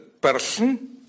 person